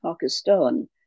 Pakistan